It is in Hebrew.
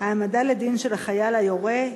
העמדה לדין של החייל היורה,